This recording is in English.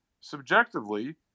subjectively